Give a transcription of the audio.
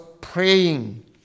praying